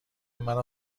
مرا